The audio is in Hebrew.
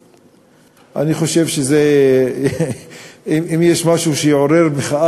ואני חושב שאם יש משהו שיעורר מחאה